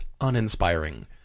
uninspiring